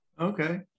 Okay